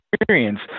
experience